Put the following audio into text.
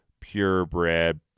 purebred